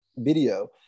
video